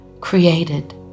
created